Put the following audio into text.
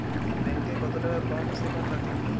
Bank এ কত টাকা কম সে কম রাখতে পারি?